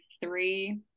three